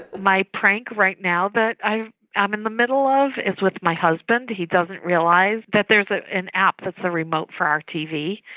ah my prank right now that i am in the middle of is with my husband he doesn't realize that there is an app that's a remote for our tv,